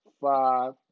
five